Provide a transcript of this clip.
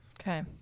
Okay